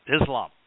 Islam